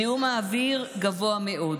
זיהום האוויר גבוה מאוד,